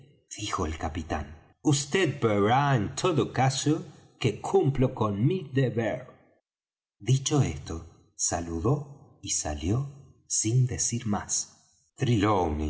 dijo el capitán vd verá en todo caso que cumplo con mi deber dicho esto saludó y salió sin decir más